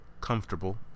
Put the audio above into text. comfortable